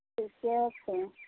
ठिके छै